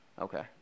okay